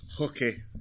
Okay